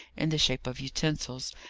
in the shape of utensils,